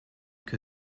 que